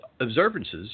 observances